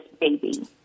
baby